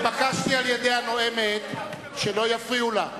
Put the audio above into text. התבקשתי על-ידי הנואמת שלא יפריעו לה,